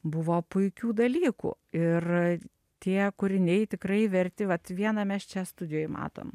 buvo puikių dalykų ir tie kūriniai tikrai verti vat vieną mes čia studijoj matom